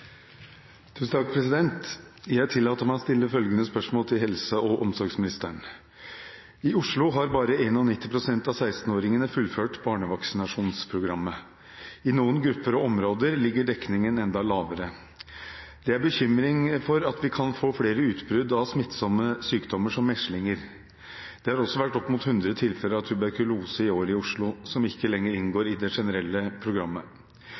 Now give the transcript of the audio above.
områder ligger dekningen enda lavere. Det er bekymring for at vi kan få flere utbrudd av smittsomme sykdommer som meslinger. Det har også vært opp mot hundre tilfeller av tuberkulose i året i Oslo, som ikke lenger inngår i det generelle programmet.